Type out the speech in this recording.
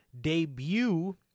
debut